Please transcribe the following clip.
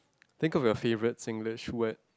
think of your favourite Singlish word